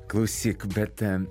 klausyk bet